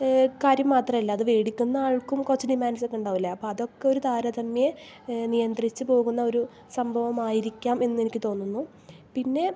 കാര്യം മാത്രല്ല അത് മേടിക്കുന്ന ആൾക്കും കുറച്ച് ഡിമാൻസൊക്കെ ഉണ്ടാകുവില്ലെ അപ്പം അതൊക്കെ ഒരു താരതമ്യേ നിയന്ത്രിച്ച് പോകുന്ന ഒരു സംഭവമായിരിക്കും എന്നെനിക്ക് തോന്നുന്നു പിന്നെ